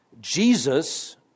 Jesus